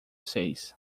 seis